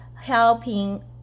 helping